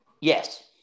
Yes